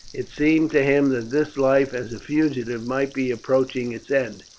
it seemed to him that this life as a fugitive might be approaching its end.